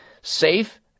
safe